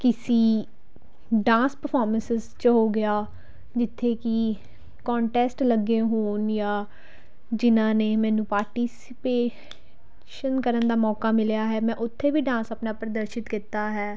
ਕਿਸੀ dance performances 'ਚ ਹੋ ਗਿਆ ਜਿੱਥੇ ਕਿ ਕੋਂਟੈਸਟ ਲੱਗੇ ਹੋਣ ਜਾਂ ਜਿਨ੍ਹਾਂ ਨੇ ਮੈਨੂੰ ਪਾਰਟੀਸਪੇਸ਼ਨ ਕਰਨ ਦਾ ਮੌਕਾ ਮਿਲਿਆ ਹੈ ਮੈਂ ਉੱਥੇ ਵੀ ਡਾਂਸ ਆਪਣਾ ਪ੍ਰਦਰਸ਼ਿਤ ਕੀਤਾ ਹੈ